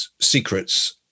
secrets